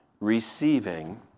receiving